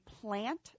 plant